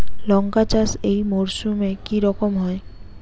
লঙ্কা চাষ এই মরসুমে কি রকম হয়?